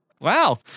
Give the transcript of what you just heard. wow